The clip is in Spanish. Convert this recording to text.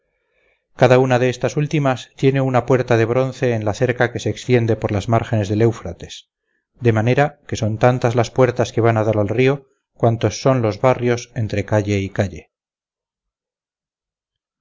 cada una de estas últimas tiene una puerta de bronce en la cerca que se extiende por las márgenes del eufrates de manera que son tantas las puertas que van a dar al río cuantos son los barrios entre calle y calle